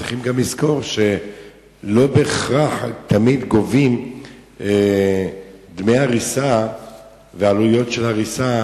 צריכים לזכור שלא בהכרח תמיד גובים דמי הריסה ועלויות של הריסה,